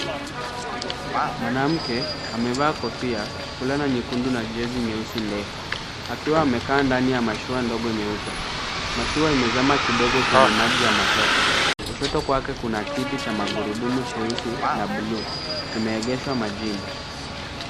Mwanamke amevaa kofia, fulana nyekundu na jezi nyeusi ndefu, akiwa amekaa ndani ya mashua ndogo nyeupe. Mashua imezama kidogo kwenye maji ya matope. Kushoto kwake kuna kiti cha magurudumu cheusi na buluu. Kimeegeshwa majini.